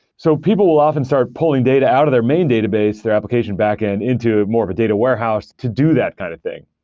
so people will often start pulling data out of their main database, their application backend, into more of a data warehouse to do that kind of thing.